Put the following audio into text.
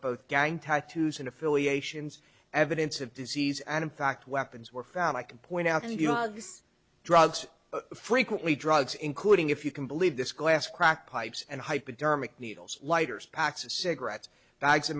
both gang tattoos and affiliations evidence of disease and in fact weapons were found i can point out and you use drugs frequently drugs including if you can believe this glass crack pipes and hypodermic needles lighters packs of cigarettes bags of